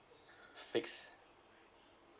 fixed